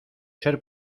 ser